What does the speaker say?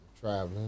traveling